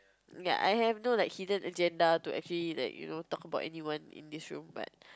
ya I have no like hidden agenda to actually like you know talk about anyone in this room but